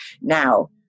Now